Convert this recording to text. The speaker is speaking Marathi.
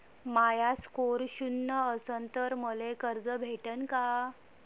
माया स्कोर शून्य असन तर मले कर्ज भेटन का?